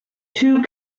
two